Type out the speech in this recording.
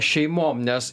šeimom nes